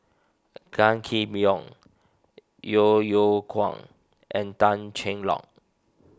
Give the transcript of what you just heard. Gan Kim Yong Yeo Yeow Kwang and Tan Cheng Lock